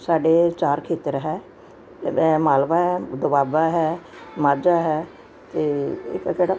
ਸਾਡੇ ਚਾਰ ਖੇਤਰ ਹੈ ਮਾਲਵਾ ਹੈ ਦੁਆਬਾ ਹੈ ਮਾਝਾ ਹੈ ਤੇ ਇਕ ਕਿਹੜਾ